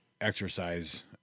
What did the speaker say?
exercise